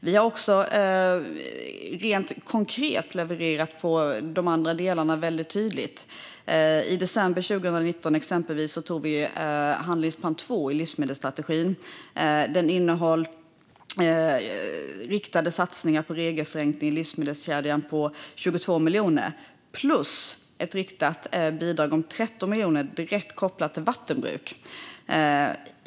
Vi har även rent konkret levererat väldigt tydligt i de andra delarna. I december 2019 antog vi exempelvis handlingsplan 2 i livsmedelsstrategin. Den innehåller riktade satsningar på 22 miljoner för regelförenklingar i livsmedelskedjan samt ett riktat bidrag om 13 miljoner som är direkt kopplat till vattenbruk.